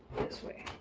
this way.